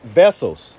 vessels